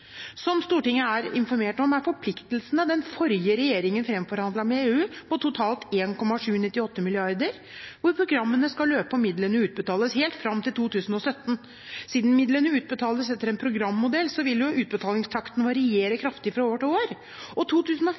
Som Stortinget er informert om, er forpliktelsene den forrige regjeringen fremforhandlet med EU, på totalt 1,798 mrd. kr, hvor programmene skal løpe og midlene utbetales helt fram til 2017. Siden midlene utbetales etter en programmodell, vil utbetalingstakten variere kraftig fra år til år, og